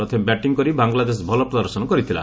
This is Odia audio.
ପ୍ରଥମେ ବ୍ୟାଟିଂ କରି ବାଲାଂଦେଶ ଭଲ ପ୍ରଦର୍ଶନ କରିଥିଲା